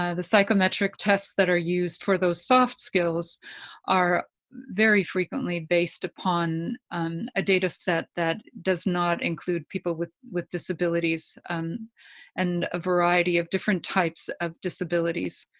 the psychometric tests that are used for those soft skills are very frequently based upon a data set that does not include people with with disabilities and a variety of different types of disabilities.